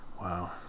Wow